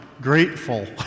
grateful